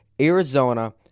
Arizona